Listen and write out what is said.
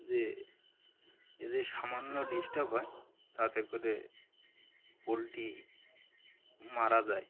যে এ যদি সামান্য ডিসটার্ব হয় তাতে করে পোলট্রি মারা যায়